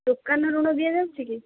ଦୋକାନ ଋଣ ଦିଆଯାଉଛି କି